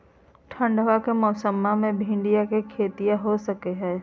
ठंडबा के मौसमा मे भिंडया के खेतीया हो सकये है?